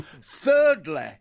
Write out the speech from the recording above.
Thirdly